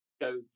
go